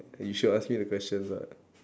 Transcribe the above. you should ask me the questions what